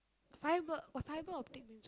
fibre fibre optic means